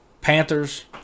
Panthers